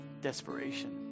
desperation